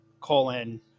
Colon